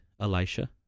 elisha